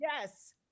Yes